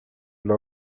dla